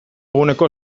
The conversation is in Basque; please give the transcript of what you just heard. eguneko